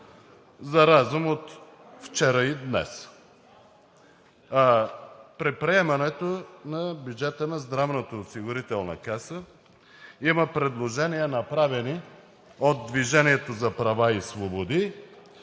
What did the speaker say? за разум от вчера и днес. При приемането на бюджета на Здравноосигурителната каса има предложения, направени от „Движението за права и свободи“